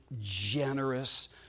generous